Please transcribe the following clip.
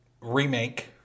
remake